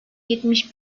yetmiş